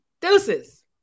Deuces